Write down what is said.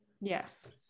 Yes